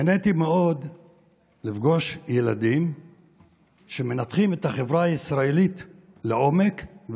נהניתי מאוד לפגוש ילדים שמנתחים את החברה הישראלית לעומק,